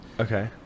Okay